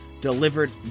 delivered